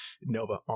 nova